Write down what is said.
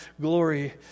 glory